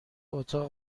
اتاق